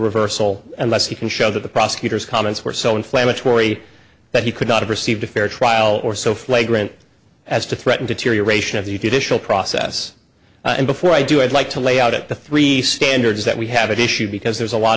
reversal unless he can show that the prosecutor's comments were so inflammatory that he could not have received a fair trial or so flagrant as to threaten deterioration of the u dishful process and before i do i'd like to lay out at the three standards that we have an issue because there's a lot